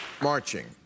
marching